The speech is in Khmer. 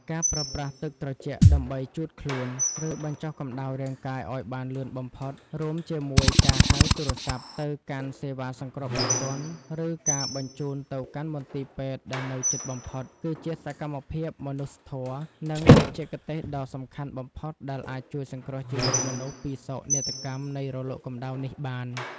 ការប្រើប្រាស់ទឹកត្រជាក់ដើម្បីជូតខ្លួន ឬបញ្ចុះកម្ដៅរាងកាយឱ្យបានលឿនបំផុត រួមជាមួយការហៅទូរស័ព្ទទៅកាន់សេវាសង្គ្រោះបន្ទាន់ ឬការបញ្ជូនទៅកាន់មន្ទីរពេទ្យដែលនៅជិតបំផុត គឺជាសកម្មភាពមនុស្សធម៌ និងបច្ចេកទេសដ៏សំខាន់បំផុតដែលអាចជួយសង្គ្រោះជីវិតមនុស្សពីសោកនាដកម្មនៃរលកកម្ដៅនេះបាន។